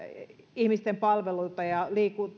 ihmisten palveluita ja